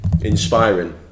Inspiring